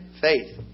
faith